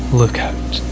lookout